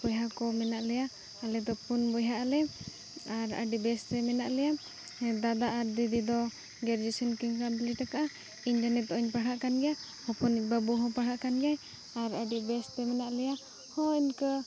ᱵᱚᱭᱦᱟ ᱠᱚ ᱢᱮᱱᱟᱜ ᱞᱮᱭᱟ ᱟᱞᱮᱫᱚ ᱯᱩᱱ ᱵᱚᱭᱦᱟᱜ ᱟᱞᱮ ᱟᱨ ᱟᱹᱰᱤ ᱵᱮᱥᱨᱮ ᱢᱮᱱᱟᱜ ᱞᱮᱭᱟ ᱟᱨ ᱫᱟᱫᱟ ᱟᱨ ᱫᱤᱫᱤ ᱫᱚ ᱜᱮᱨᱡᱩᱭᱮᱥᱚᱱ ᱠᱤᱱ ᱠᱚᱢᱯᱞᱤᱴ ᱟᱠᱟᱫᱟ ᱤᱧᱫᱚ ᱱᱤᱛᱳᱜ ᱤᱧ ᱯᱟᱲᱦᱟᱜ ᱠᱟᱱᱜᱮᱭᱟ ᱦᱚᱯᱚᱱᱤᱡ ᱵᱟᱹᱵᱩ ᱦᱚᱸ ᱯᱟᱲᱦᱟᱜ ᱠᱟᱱ ᱜᱮᱭᱟᱭ ᱟᱨ ᱟᱹᱰᱤ ᱵᱮᱥᱛᱮ ᱢᱮᱱᱟᱜ ᱞᱮᱭᱟ ᱦᱳᱭ ᱤᱱᱠᱟᱹ